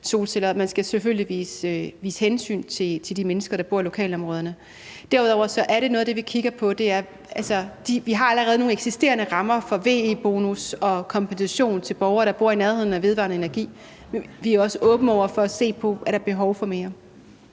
Man skal selvfølgelig vise hensyn til de mennesker, der bor i lokalområderne. Vi har allerede nogle eksisterende rammer for VE-bonus og kompensation til borgere, der bor i nærheden af vedvarende energi-anlæg. Vi er også åbne over for at se på, om der er behov for mere.